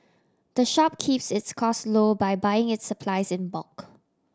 the shop keeps its cost low by buying its supplies in bulk